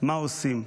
מה עושים?